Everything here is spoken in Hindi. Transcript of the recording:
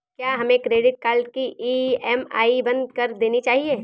क्या हमें क्रेडिट कार्ड की ई.एम.आई बंद कर देनी चाहिए?